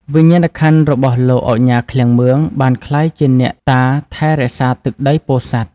វិញ្ញាណក្ខន្ធរបស់លោកឧកញ៉ា ឃ្លាំងមឿង បានក្លាយជាអ្នកតាថែរក្សាទឹកដីពោធិ៍សាត់។